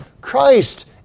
Christ